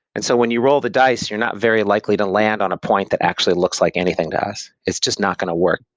and so when you roll the dice, you're not very likely to land on a point that actually looks like anything to us. it's just not going to work.